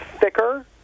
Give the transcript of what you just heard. thicker